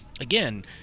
again